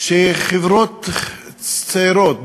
שחברות צעירות,